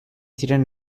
ziren